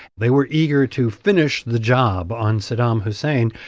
they were eager to finish the job on saddam hussein.